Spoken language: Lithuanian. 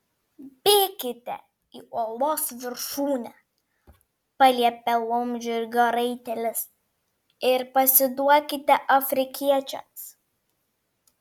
bėkite į uolos viršūnę paliepė laumžirgio raitelis ir pasiduokite afrikiečiams